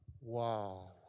wow